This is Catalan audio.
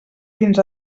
fins